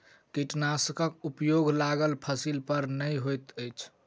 कीटनाशकक उपयोग लागल फसील पर नै होइत अछि